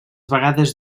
vegades